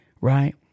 Right